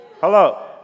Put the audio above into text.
Hello